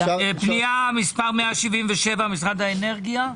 פנייה 177 משרד האנרגיה.